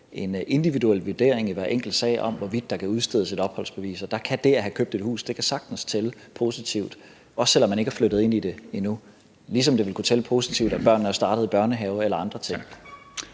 en individuel vurdering i hver enkelt sag om, hvorvidt der kan udstedes et opholdsbevis, og der kan det at have købt et hus sagtens tælle positivt, også selv om man ikke er flyttet ind i det endnu, ligesom det ville kunne tælle positivt, at børnene er startet i børnehave, eller andre ting.